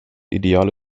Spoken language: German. ideale